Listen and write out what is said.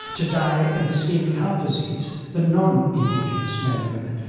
to die of so ischaemic heart disease than non-indigenous men and women.